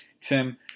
Tim